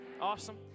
Awesome